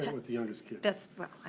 and with the youngest kids. yes,